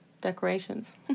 decorations